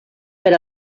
per